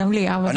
גם אני מבקש.